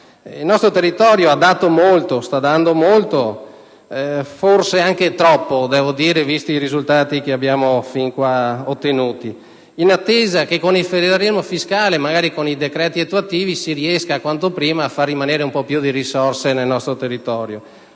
Il nostro territorio ha dato e sta ancora dando molto, forse anche troppo, considerati i risultati finora ottenuti. Siamo in attesa che con il federalismo fiscale e magari con i decreti attuativi si riesca quanto prima a lasciare un po' più di risorse nel nostro territorio.